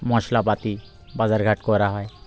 মশলাপাতি বাজারঘাট করা হয়